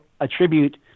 attribute